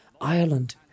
Ireland